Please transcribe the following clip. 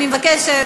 אני מבקשת